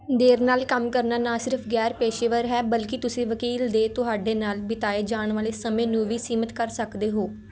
ਦੇਰ ਨਾਲ ਕੰਮ ਕਰਨਾ ਨਾ ਸਿਰਫ਼ ਗ਼ੈਰ ਪੇਸ਼ੇਵਰ ਹੈ ਬਲਕਿ ਤੁਸੀਂ ਵਕੀਲ ਦੇ ਤੁਹਾਡੇ ਨਾਲ ਬਿਤਾਏ ਜਾਣ ਵਾਲੇ ਸਮੇਂ ਨੂੰ ਵੀ ਸੀਮਤ ਕਰ ਸਕਦੇ ਹੋ